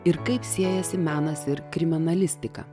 ir kaip siejasi menas ir kriminalistika